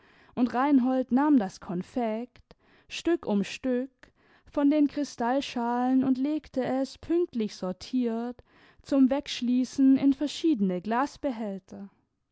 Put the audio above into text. und reinhold nahm das konfekt stück um stück von den kristallschalen und legte es pünktlich sortiert zum wegschließen in verschiedene glasbehälter